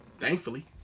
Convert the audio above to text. thankfully